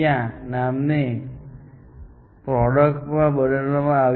આ SIN ધીમે ધીમે MACYMA નામની પ્રોડક્ટ માં બદલવામાં આવ્યું